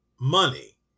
money